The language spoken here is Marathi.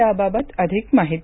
याबाबत अधिक माहिती